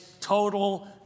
total